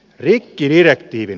rikkidirektiivin